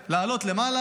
לעלות למעלה,